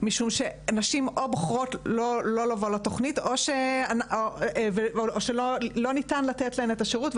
משום שנשים בוחרות לא לבוא לתוכנית או שלא ניתן לתת להן את השירות.